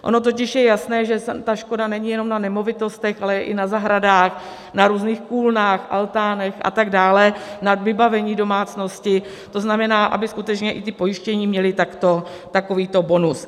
Ono totiž je jasné, že ta škoda není jenom na nemovitostech, ale i na zahradách, na různých kůlnách, altánech a tak dále, na vybavení domácnosti to znamená, aby skutečně i ti pojištění měli takovýto bonus.